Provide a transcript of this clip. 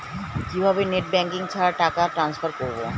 কিভাবে net banking ছাড়া টাকা টান্সফার করব?